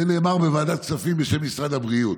זה נאמר בוועדת כספים בשם משרד הבריאות,